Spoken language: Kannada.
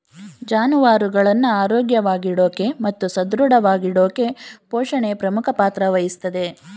ಜಾನುವಾರುಗಳನ್ನ ಆರೋಗ್ಯವಾಗಿಡೋಕೆ ಮತ್ತು ಸದೃಢವಾಗಿಡೋಕೆಪೋಷಣೆ ಪ್ರಮುಖ ಪಾತ್ರ ವಹಿಸ್ತದೆ